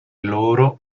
loro